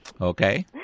Okay